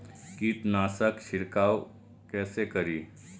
कीट नाशक छीरकाउ केसे करी?